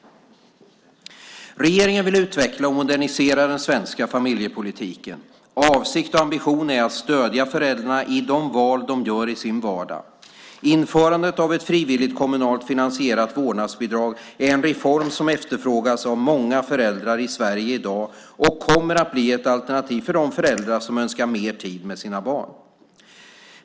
Regeringen vill utveckla och modernisera den svenska familjepolitiken. Avsikt och ambition är att stödja föräldrarna i de val de gör i sin vardag. Införandet av ett frivilligt kommunalt finansierat vårdnadsbidrag är en reform som efterfrågas av många föräldrar i Sverige i dag och kommer att bli ett alternativ för de föräldrar som önskar mer tid med sina barn.